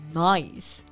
nice